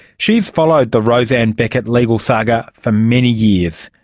she has followed the roseanne beckett legal saga for many years,